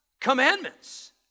commandments